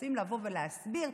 שמנסים להסביר: